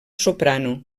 soprano